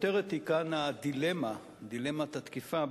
הכותרת היא כאן הדילמה, דילמת התקיפה.